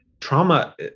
trauma